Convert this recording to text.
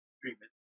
treatment